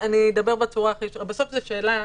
זו שאלה